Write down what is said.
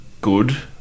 good